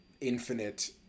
infinite